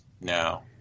now